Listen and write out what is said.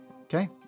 Okay